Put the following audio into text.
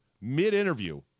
mid-interview